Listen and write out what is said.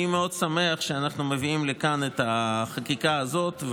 אני מאוד שמח שאנחנו מביאים לכאן את החקיקה הזאת,